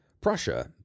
Prussia